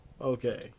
Okay